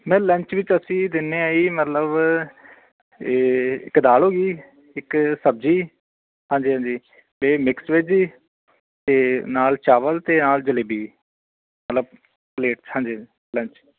ma'am lunch ਵਿੱਚ ਅਸੀਂ ਦਿੰਦੇ ਹਾਂ ਜੀ ਮਤਲਬ ਇਹ ਇੱਕ ਦਾਲ ਹੋ ਗਈ ਇੱਕ ਸਬਜ਼ੀ ਹਾਂਜੀ ਹਾਂਜੀ ਅਤੇ ਮਿਕਸ ਵੈੱਜ ਜੀ ਅਤੇ ਨਾਲ ਚਾਵਲ ਅਤੇ ਨਾਲ ਜਲੇਬੀ ਮਤਲਬ ਪਲੇਟ ਹਾਂਜੀ ਲੰਚ